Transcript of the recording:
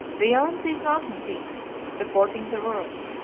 beyond these mountain peaks, supporting the world,